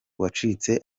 uwacitse